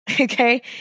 Okay